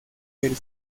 del